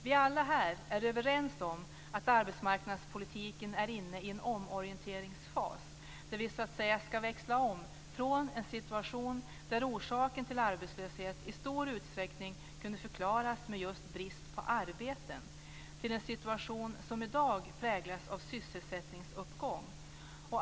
Vi alla här är överens om att arbetsmarknadspolitiken är inne i en omorienteringsfas där vi så att säga ska växla om från en situation där orsaken till arbetslöshet i stor utsträckning kan förklaras med just brist på arbeten till en situation som den i dag som präglas av en sysselsättningsuppgång.